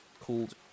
called